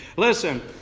Listen